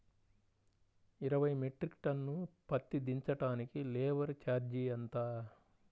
ఇరవై మెట్రిక్ టన్ను పత్తి దించటానికి లేబర్ ఛార్జీ ఎంత?